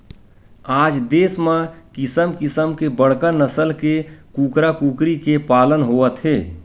आज देस म किसम किसम के बड़का नसल के कूकरा कुकरी के पालन होवत हे